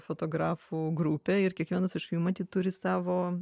fotografų grupę ir kiekvienas iš jų matyt turi savo